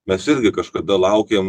mes irgi kažkada laukiam